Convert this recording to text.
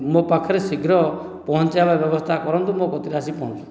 ମୋ ପାଖରେ ଶୀଘ୍ର ପହଞ୍ଚାଇବା ପାଇଁ ବ୍ୟବସ୍ତା କରନ୍ତୁ ମୋ କତି ରେ ଆସି ପହଞ୍ଚୁ